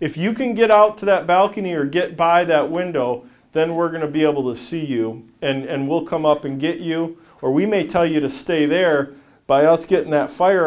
if you can get out to that balcony or get by that window then we're going to be able to see you and will come up and get you or we may tell you to stay there by us getting that fire